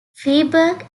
freiburg